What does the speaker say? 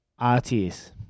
RTS